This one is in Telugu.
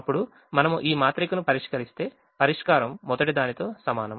అప్పుడు మనము ఈ మాత్రిక ను పరిష్కరిస్తే పరిష్కారం మొదటిదానితో సమానం